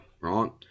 right